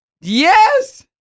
Yes